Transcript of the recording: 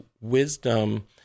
wisdom